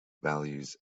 values